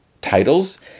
titles